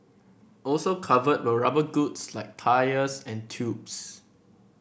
also covered were rubber goods like tyres and tubes